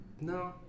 No